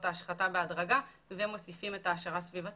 ההשחתה בהדרגה ומוסיפים העשרה סביבתית.